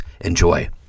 Enjoy